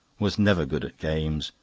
was never good at games,